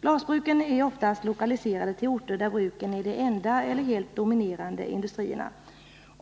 Glasbruken är merendels lokaliserade till orter där bruken är de enda eller helt dominerande industrierna.